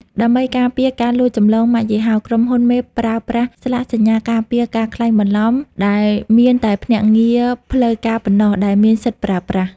ដើម្បីការពារ "ការលួចចម្លងម៉ាកយីហោ" ក្រុមហ៊ុនមេប្រើប្រាស់ "ស្លាកសញ្ញាការពារការក្លែងបន្លំ" ដែលមានតែភ្នាក់ងារផ្លូវការប៉ុណ្ណោះដែលមានសិទ្ធិប្រើប្រាស់។